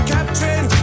Captain